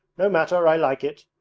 no matter, i like it.